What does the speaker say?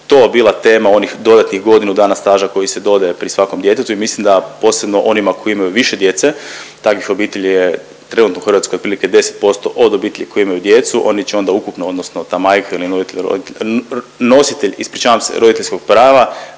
je to bila tema onih dodatnih godinu dana staža koji se dodaje pri svakom djetetu i mislim da posebno onima koji imaju više djece takvih obitelji je trenutno u Hrvatskoj otprilike 10% od obitelji koji imaju djecu. Oni će onda ukupno, odnosno ta majka ili nositelj, ispričavam se, roditeljskog prava